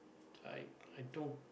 I I don't